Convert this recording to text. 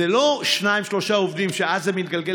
זה לא שניים-שלושה עובדים שאז זה מתגלגל